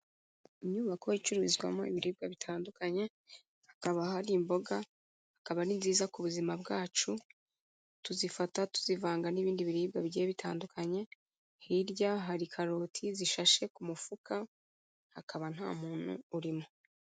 Inyubako icururizwamo ibiribwa bitandukanye, hakaba hari imboga, akaba ari nziza ku buzima bwacu, tuzifata tuzivanga n'ibindi biribwa bigiye bitandukanye, hirya hari karoti zishashe ku mufuka, hakaba nta muntu urimo.